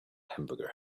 hamburger